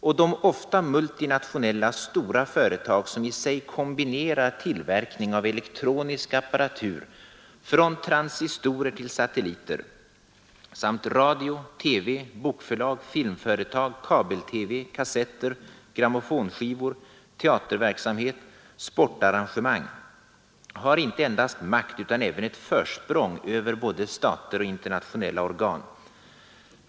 Och de ofta multinationella, stora företag som i sig kombinerar tillverkning av elektronisk apparatur från transistorer till satelliter, samt radio, tv, bokförlag, filmföretag, kabel-tv, kassetter, grammofonskivor, teaterverksamhet, sportarrangemang har inte endast makt utan även ett försprång över både stater och internationella organ.